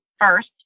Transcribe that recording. first